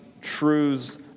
truths